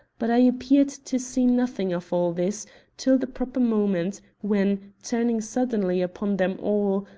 but i appeared to see nothing of all this till the proper moment, when, turning suddenly upon them all,